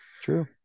true